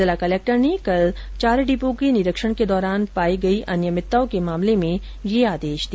जिला कलेक्टर ने कल चारे डिपो के निरीक्षण के दौरान पाई गई अनियमितताओं के मामले में यह आदेश दिया